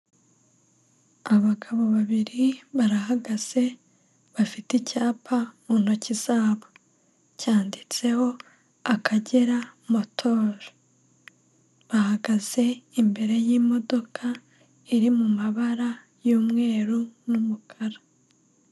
Abagabo babiri barahagaze, bafite icyapa mu ntoki zabo. Cyanditseho Akagera motoru. Bahagaze imbere y'imodoka iri mu mabara y'umweru n'umukara.